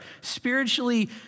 spiritually